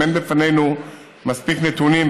גם אין בפנינו מספיק נתונים,